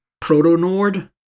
proto-Nord